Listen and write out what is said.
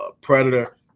predator